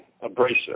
abrasive